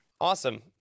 awesome